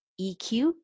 EQ